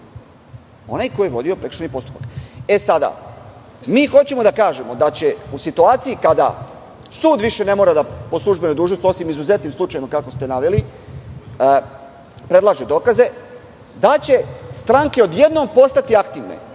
Onaj ko je vodio prekršajni postupak. Sada mi hoćemo da kažemo da će u situaciji kada sud više ne mora da po službenoj dužnosti, osim u izuzetnim slučajevima kako ste naveli, predlaže dokaze, da će stranke odjednom postati aktivne,